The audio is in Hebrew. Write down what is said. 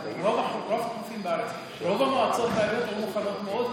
אבל רוב המועצות והעיריות יהיו מוכנות מאוד,